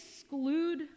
exclude